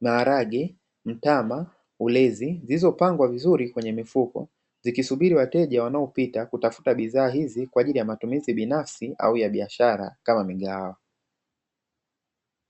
maharage, mtama na ulezi, zilizopangwa vizuri kwenye mfuko. Zikisubiri wateja wanaopita kutafuta bidhaa kwa ajili ya matumizi binafsi na ya biashara kama mgahawa.